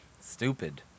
Stupid